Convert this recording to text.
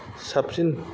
साबसिन